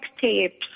tapes